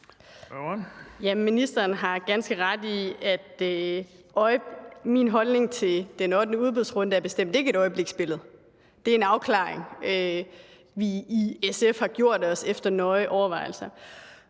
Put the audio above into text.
Ministeren har ganske ret i, at min holdning til den ottende udbudsrunde bestemt ikke er på baggrund af et øjebliksbillede. Det er en afklaring, vi i SF er nået til efter nøje overvejelser.